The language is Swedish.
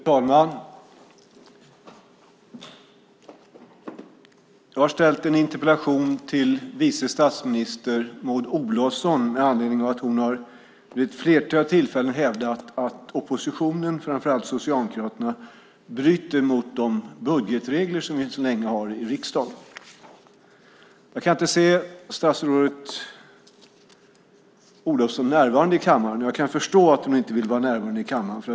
Fru talman! Jag har ställt en interpellation till vice statsminister Maud Olofsson med anledning av att hon vid ett flertal tillfällen har hävdat att oppositionen, framför allt Socialdemokraterna, bryter mot de budgetregler som än så länge finns i riksdagen. Jag kan inte se statsrådet Olofsson närvarande i kammaren. Jag kan förstå att hon inte vill vara närvarande i kammaren.